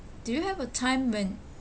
do you have a time when